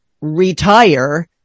retire